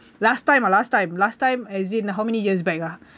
last time ah last time last time as in how many years back ah